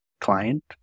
client